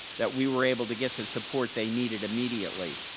that we were able to get the support they needed immediately.